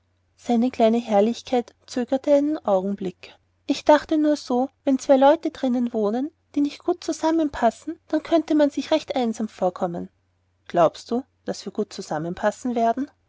seine kleine herrlichkeit zögerte einen augenblick ich dachte nur so daß wenn zwei leute drin wohnten die nicht gut zusammen passen dann könnte man sich recht einsam vorkommen glaubst du daß wir gut zusammen passen werden